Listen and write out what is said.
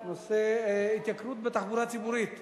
הנושא: ההתייקרות בתחבורה הציבורית.